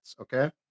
Okay